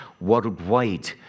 worldwide